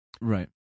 Right